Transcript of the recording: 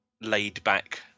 laid-back